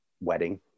wedding